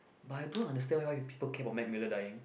but I don't understand why people care about Mac Miller dying